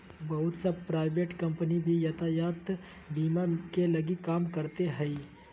बहुत सा private company भी यातायात बीमा के लगी काम करते हइ